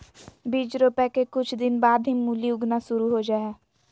बीज रोपय के कुछ दिन बाद ही मूली उगना शुरू हो जा हय